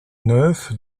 neuf